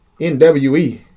NWE